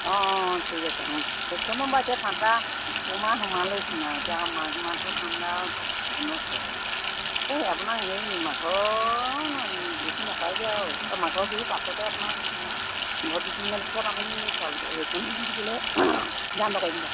অঁ অঁ অঁ ঠিক আছে অঁ সেইকেইখনো বাৰু এতিয়া ঠাণ্ডা পুহমাহ সোমালেইচোন আৰু এতিয়া মাঘ মাহটো ঠাণ্ডা ধৰক ফাগুন ওচৰত পৰিব এই আপোনাক হেৰি মাঘৰ নহয় বিহু নাপায়গৈ আৰু অঁ মাঘৰ বিহু পাছতে আপোনাক পোন্ধৰ বিছদিনমান পিছত আমি শ্বাল সেইকেইখনো দি দিলে দাম দৰ কৰিম বাৰু